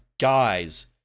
Guys